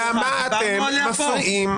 למה אתם מפריעים?